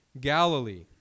Galilee